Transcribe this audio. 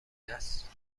است